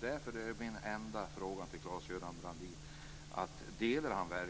Därför undrar jag om Claes-Göran Brandin verkligen delar